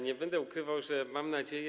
Nie będę ukrywał, że mam nadzieję.